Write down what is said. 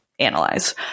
analyze